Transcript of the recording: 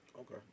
Okay